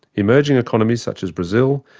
emerging economies such as brazil,